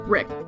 Rick